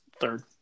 third